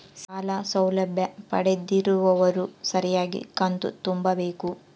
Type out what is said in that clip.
ಸಾಲ ಸೌಲಭ್ಯ ಪಡೆದಿರುವವರು ಸರಿಯಾಗಿ ಕಂತು ತುಂಬಬೇಕು?